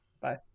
Bye